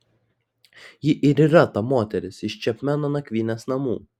ji ir yra ta moteris iš čepmeno nakvynės namų